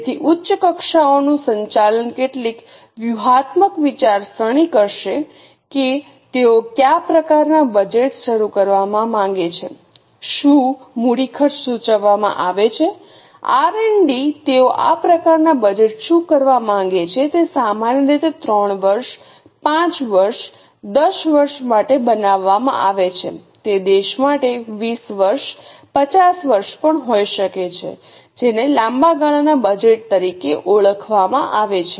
તેથી ઉચ્ચ કક્ષાએનું સંચાલન કેટલીક વ્યૂહાત્મક વિચારસરણી કરશે કે તેઓ કયા નવા પ્રોજેક્ટ શરૂ કરવા માગે છે શું મૂડી ખર્ચ સૂચવવામાં આવે છે આર અને ડી તેઓ આ પ્રકારના બજેટ શું કરવા માગે છે તે સામાન્ય રીતે 3 વર્ષ 5 વર્ષ 10 વર્ષ માટે બનાવવામાં આવે છે તે દેશ માટે 20 વર્ષ 50 વર્ષ પણ હોઈ શકે છે જેને લાંબા ગાળાના બજેટ તરીકે ઓળખવામાં આવે છે